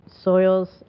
soils